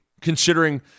Considering